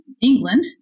England